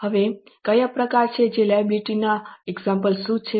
હવે કયા પ્રકારો છે અને લાયબિલિટી ના ઉદાહરણો શું છે